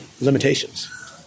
limitations